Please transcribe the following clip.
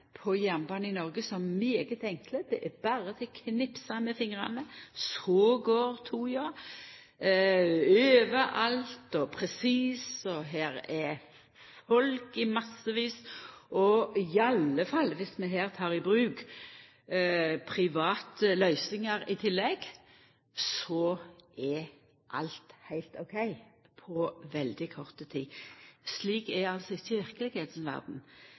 på jernbane i Noreg som svært enkle: Det er berre å knipse med fingrane, så går toga – overalt, og presis, og her er folk i massevis. Og i alle fall viss vi her i tillegg tek i bruk private løysingar, så er alt heilt ok på veldig kort tid. Slik er altså